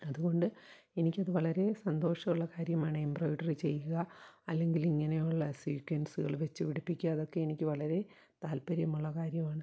അതുകൊണ്ട് എനിക്കത് വളരേ സന്തോഷമുള്ള കാര്യമാണ് എംബ്രോയിഡറി ചെയ്യുക അല്ലെങ്കിൽ ഇങ്ങനെയുള്ള സ്വീക്വൻസുകൾ വച്ച് പിടിപ്പിക്കുക അതൊക്കെ എനിക്ക് വളരെ താല്പര്യമുള്ള കാര്യമാണ്